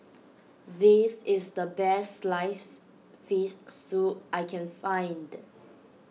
this is the Best Sliced Fish Soup I can find